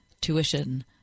tuition